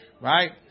Right